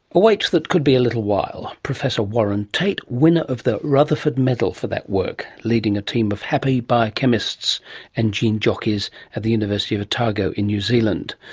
a wait that could be a little while. professor warren tate, winner of the rutherford medal for that work, leading a team of happy biochemists and gene jockeys at the university of otago in new zealand.